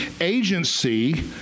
agency